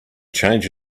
change